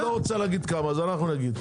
את לא רוצה להגיד כמה אז אנחנו נגיד.